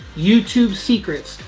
youtube secrets,